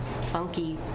funky